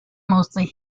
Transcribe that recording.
mostly